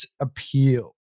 appeal